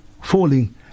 falling